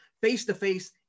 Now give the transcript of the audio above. face-to-face